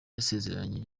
yasezeranije